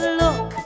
look